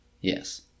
Yes